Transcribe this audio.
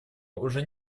уже